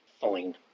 Fine